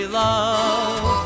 love